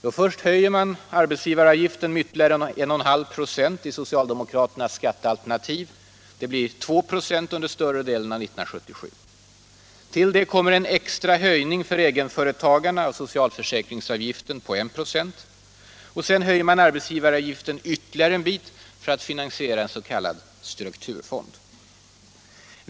Jo, först höjer man arbetsgivaravgiften med ytterligare 1,5 96 i socialdemokraternas skattealternativ. Det blir 2 96 under större delen av 1977. Till det kommer en extra höjning för egenföretagaren av socialförsäkringsavgiften på I 96. Sedan höjer man arbetsgivaravgiften ytterligare en bit för att finansiera en s.k. strukturfond.